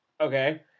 okay